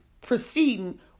proceeding